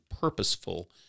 purposeful